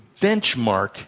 benchmark